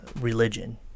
religion